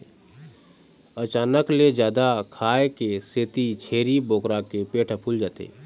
अचानक ले जादा खाए के सेती छेरी बोकरा के पेट ह फूल जाथे